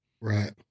Right